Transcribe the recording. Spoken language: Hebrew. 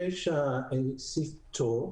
יש סעיף פטור.